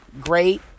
great